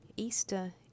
Easter